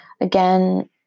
Again